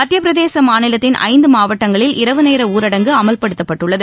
மத்தியப்பிரதேச மாநிலத்தின் ஐந்து மாவட்டங்களில் இரவு நேர ஊரடங்கு அமல்படுத்தப்பட்டுள்ளது